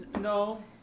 no